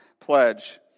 pledge